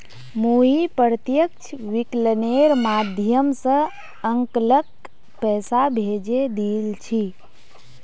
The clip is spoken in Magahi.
मुई प्रत्यक्ष विकलनेर माध्यम स अंकलक पैसा भेजे दिल छि